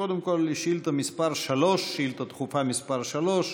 קודם כול, שאילתה דחופה מס' 3,